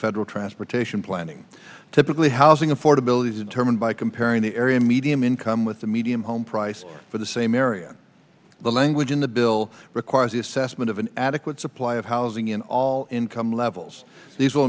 federal transportation planning typically housing affordability is determined by comparing the area medium income with the median home price for the same area the language in the bill requires the but of an adequate supply of housing in all income levels these will